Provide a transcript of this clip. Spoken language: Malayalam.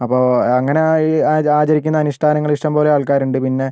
അപ്പോൾ അങ്ങനെ ആ ഈ ആചരിക്കുന്ന അനുഷ്ഠാനങ്ങൾ ഇഷ്ടംപോലെ ആൾക്കാരുണ്ട് പിന്നെ